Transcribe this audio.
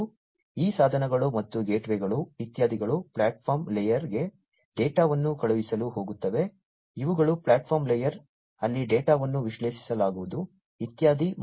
ಮತ್ತು ಈ ಸಾಧನಗಳು ಮತ್ತು ಗೇಟ್ವೇಗಳು ಇತ್ಯಾದಿಗಳು ಪ್ಲಾಟ್ಫಾರ್ಮ್ ಲೇಯರ್ಗೆ ಡೇಟಾವನ್ನು ಕಳುಹಿಸಲು ಹೋಗುತ್ತವೆ ಇವುಗಳು ಪ್ಲಾಟ್ಫಾರ್ಮ್ ಲೇಯರ್ ಅಲ್ಲಿ ಡೇಟಾವನ್ನು ವಿಶ್ಲೇಷಿಸಲಾಗುವುದು ಇತ್ಯಾದಿ